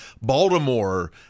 baltimore